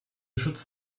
schutz